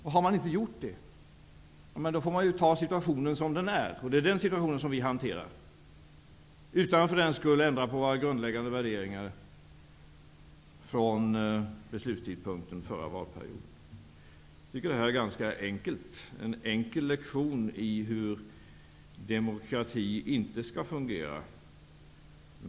Efter att ha gjort så får man ta situationen som den är, och det är den situationen som vi nu hanterar utan att för den skull ändra på våra grundläggande värderingar från beslutstidpunkten under förra valperioden. Jag tycker att detta är en enkel lektion i hur demokratin inte skall fungera.